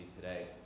today